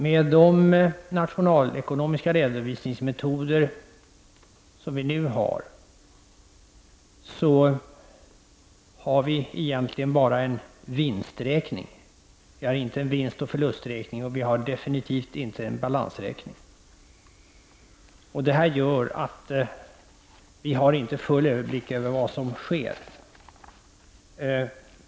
Med de nationalekonomiska redovisningsmetoder vi nu har, har vi egentligen bara en vinsträkning — vi har inte en vinst-och-förlusträkning, och vi har definitivt inte en balansräkning. Detta gör att vi inte har full överblick över vad som sker.